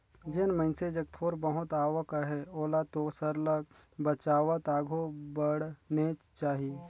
जेन मइनसे जग थोर बहुत आवक अहे ओला तो सरलग बचावत आघु बढ़नेच चाही